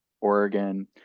Oregon